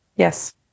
Yes